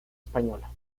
española